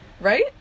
Right